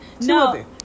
no